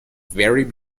very